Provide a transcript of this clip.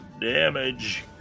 damage